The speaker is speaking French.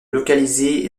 localiser